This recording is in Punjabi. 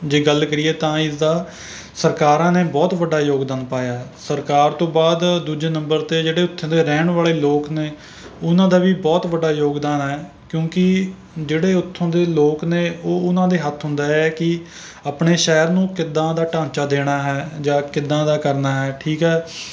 ਜੇ ਗੱਲ ਕਰੀਏ ਤਾਂ ਇਸ ਦਾ ਸਰਕਾਰਾਂ ਨੇ ਬਹੁਤ ਵੱਡਾ ਯੋਗਦਾਨ ਪਾਇਆ ਹੈ ਸਰਕਾਰ ਤੋਂ ਬਾਅਦ ਦੂਜੇ ਨੰਬਰ 'ਤੇ ਜਿਹੜੇ ਉੱਥੇ ਦੇ ਰਹਿਣ ਵਾਲੇ ਲੋਕ ਨੇ ਉਨ੍ਹਾਂ ਦਾ ਵੀ ਬਹੁਤ ਵੱਡਾ ਯੋਗਦਾਨ ਹੈ ਕਿਉਂਕਿ ਜਿਹੜੇ ਉੱਥੋਂ ਦੇ ਲੋਕ ਨੇ ਉਹ ਉਨ੍ਹਾਂ ਦੇ ਹੱਥ ਹੁੰਦਾ ਹੈ ਕਿ ਆਪਣੇ ਸ਼ਹਿਰ ਨੂੰ ਕਿੱਦਾਂ ਦਾ ਢਾਂਚਾ ਦੇਣਾ ਹੈ ਜਾਂ ਕਿੱਦਾਂ ਦਾ ਕਰਨਾ ਹੈ ਠੀਕ ਹੈ